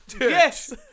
Yes